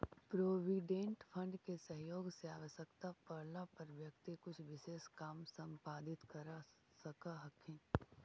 provident fund के सहयोग से आवश्यकता पड़ला पर व्यक्ति कुछ विशेष काम संपादित कर सकऽ हई